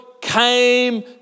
came